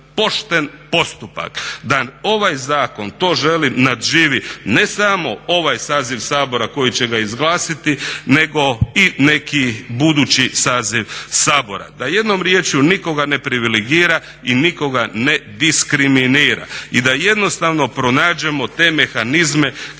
pošten postupak da ovaj zakon to želim nadživi, ne samo ovaj saziv Sabora koji će ga izglasati nego i neki budući saziv Sabora. Da jednom riječju nikoga ne privilegira i nikoga ne diskriminira. I da jednostavno pronađemo te mehanizme